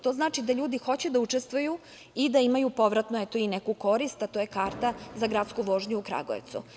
To znači da ljudi hoće da učestvuju i da imaju povratnu, eto, i neku korist, a to je karta za gradsku vožnju u Kragujevcu.